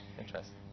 Interesting